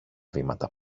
βήματα